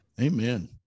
Amen